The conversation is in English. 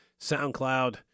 SoundCloud